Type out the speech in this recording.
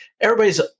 everybody's